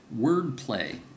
Wordplay